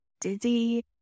dizzy